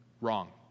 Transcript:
Wrong